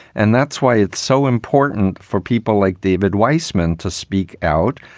and that's why it's so important for people like david weissman to speak out.